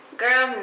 girl